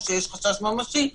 או שיש חשש ממשי,